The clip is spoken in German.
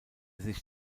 sich